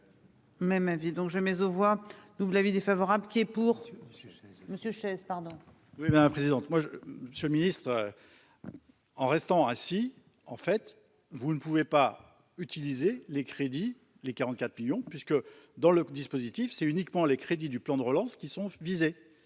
Même avis donc jamais aux voix nous l'avis défavorable qui est pour. Monsieur chaises pardon. Oui, mais la présidente, moi je suis ministre. En restant assis en fait vous ne pouvez pas utilisé les crédits les 44 Pillon puisque dans le dispositif. C'est uniquement les crédits du plan de relance qui sont visés.